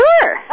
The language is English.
Sure